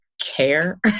care